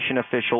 official